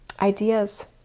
ideas